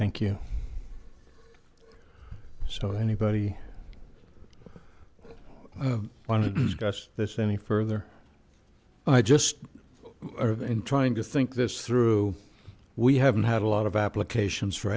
thank you so anybody who's got this any further i just are in trying to think this through we haven't had a lot of applications for